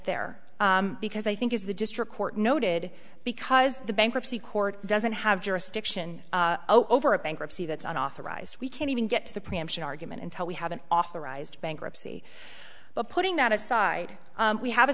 there because i think is the district court noted because the bankruptcy court doesn't have jurisdiction over a bankruptcy that's an authorized we can't even get to the preemption argument until we have an authorized bankruptcy but putting that aside we have a